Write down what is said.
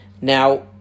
Now